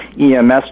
EMS